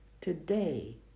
Today